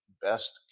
best